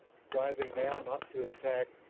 striving now not to attack,